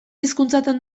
hizkuntzatan